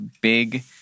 big